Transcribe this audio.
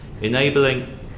enabling